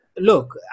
look